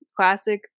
Classic